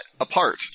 apart